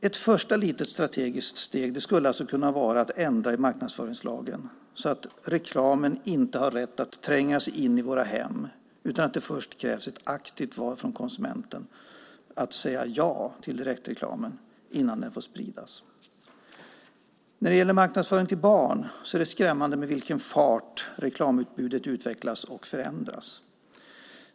Ett första litet strategiskt steg skulle kunna vara att ändra marknadsföringslagen så att reklamen inte har rätt att tränga sig in våra hem, utan att det först krävs ett aktivt val från konsumenten att säga ja till direktreklamen innan den får spridas. När det gäller marknadsföring till barn är det skrämmande med vilken fart reklamutbudet utvecklas och förändras.